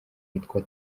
yitwa